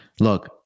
Look